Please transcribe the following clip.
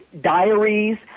Diaries